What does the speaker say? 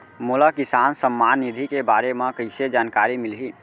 मोला किसान सम्मान निधि के बारे म कइसे जानकारी मिलही?